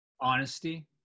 honesty